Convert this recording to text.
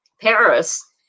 Paris